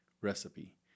recipe